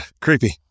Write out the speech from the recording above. Creepy